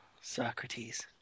Socrates